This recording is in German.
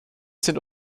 sind